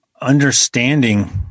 understanding